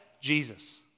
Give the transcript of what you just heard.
Jesus